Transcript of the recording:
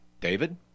David